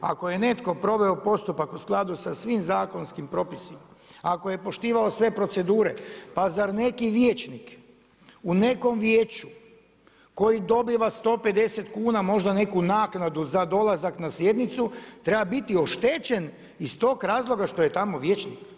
Ako je netko proveo postupak u skladu sa svim zakonskim propisima, ako je poštivao sve procedure pa zar neki vijećnik u nekom vijeću koji dobiva 150 kuna možda neku naknadu za dolazak na sjednicu treba biti oštećen iz tog razloga što je tamo vijećnik?